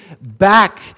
back